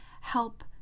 help